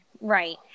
Right